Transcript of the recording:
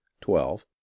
twelve